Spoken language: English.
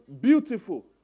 beautiful